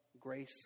grace